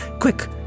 Quick